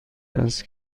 است